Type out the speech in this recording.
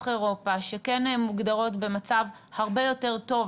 אירופה שכן מוגדרות במצב הרבה יותר טוב,